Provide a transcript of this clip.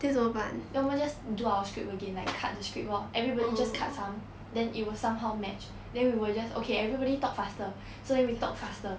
then 我们 just do our script again like cut the script lor everybody just cut some then it will somehow match then we will just okay everybody talk faster so then we talk faster